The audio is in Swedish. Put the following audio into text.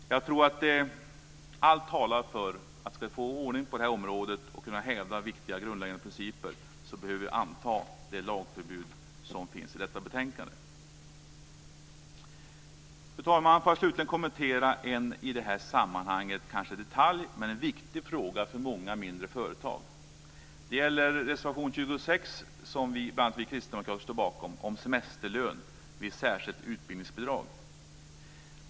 Allt talar för att vi behöver anta det lagförslag som finns i detta betänkande om vi ska få ordning på detta område och kunna hävda viktiga grundläggande principer. Fru talman! Får jag slutligen kommentera vad som i detta sammanhang kanske är en detalj, men en viktig sådan för många mindre företag. Det gäller reservation 26, som bl.a. vi kristdemokrater står bakom, om semesterlön vid särskilt utbildningsbidrag.